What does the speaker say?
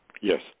Yes